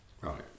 right